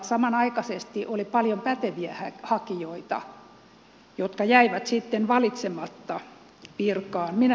samanaikaisesti oli paljon päteviä hakijoita jotka jäivät sitten valitsematta virkaan